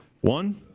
One